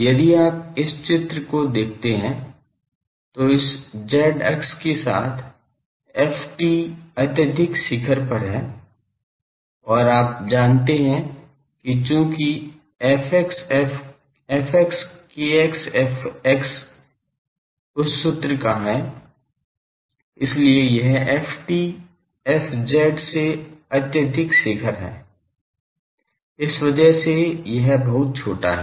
यदि आप इस चित्र को देखते हैं तो इस z अक्ष के साथ ft अत्यधिक शिखर पर है और आप जानते हैं कि चूंकि fx kx fx उस सूत्र का है इसलिए यह ft fz से अत्यधिक शिखर है इस वजह से यह बहुत छोटा है